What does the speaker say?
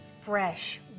fresh